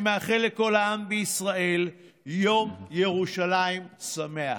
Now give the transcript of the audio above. אני מאחל לכל העם בישראל יום ירושלים שמח.